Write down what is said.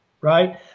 right